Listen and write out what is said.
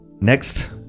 next